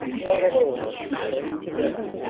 not at all huddled together,